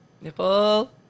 Nipple